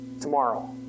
tomorrow